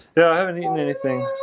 yeah, i haven't eaten anything